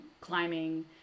climbing